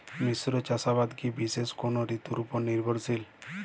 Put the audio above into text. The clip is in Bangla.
মিশ্র চাষাবাদ কি বিশেষ কোনো ঋতুর ওপর নির্ভরশীল?